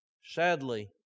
Sadly